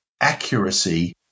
accuracy